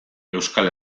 euskal